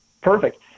Perfect